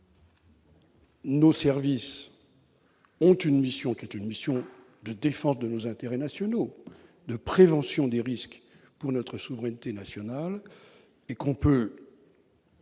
nos services ont une mission de défense de nos intérêts nationaux, de prévention des risques pour notre souveraineté nationale et que